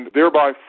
thereby